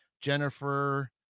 Jennifer